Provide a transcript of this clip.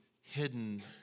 hidden